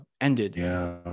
ended